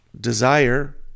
desire